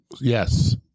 Yes